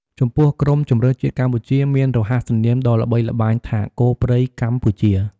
ចំពោះក្រុមជម្រើសជាតិកម្ពុជាមានរហស្សនាមដ៏ល្បីល្បាញថា "គោព្រៃកម្ពុជា"។